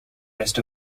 rest